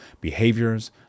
behaviors